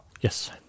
Yes